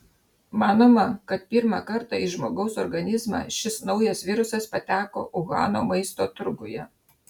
manoma kad pirmą kartą į žmogaus organizmą šis naujas virusas pateko uhano maisto turguje